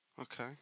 Okay